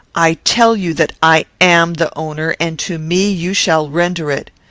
i tell you that i am the owner, and to me you shall render it.